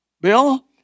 Bill